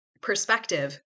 perspective